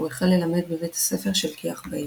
והוא החל ללמד בבית ספר של כי"ח בעיר.